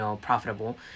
profitable